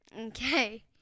Okay